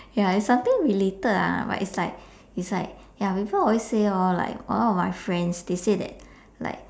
ya it's something related lah but it's like it's like ya people always say lor like a lot of my friends they say that like